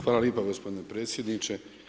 Hvala lipa gospodine predsjedniče.